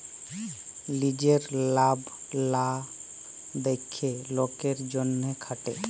লিজের লাভ লা দ্যাখে লকের জ্যনহে খাটে